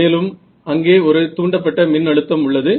மேலும் அங்கே ஒரு தூண்டப்பட்ட மின் அழுத்தம் உள்ளது